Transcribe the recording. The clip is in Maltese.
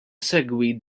segwit